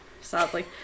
Sadly